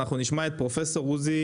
אנחנו נשמע את פרופ' עוזי